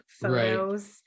photos